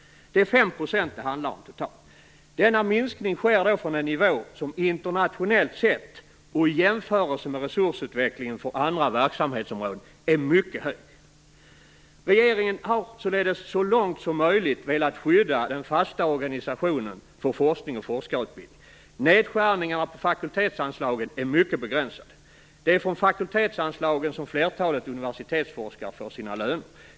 Det handlar totalt om 5 %. Denna minskning sker från en nivå som internationellt sett och i jämförelse med resursutvecklingen för andra verksamhetsområden är mycket hög. Regeringen har således så långt som möjligt velat skydda den fasta organisationen för forskning och forskarutbildning. Nedskärningarna på fakultetsanslagen är därför mycket begränsade. Det är från fakultetsanslagen som flertalet universitetsforskare får sina löner.